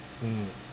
mm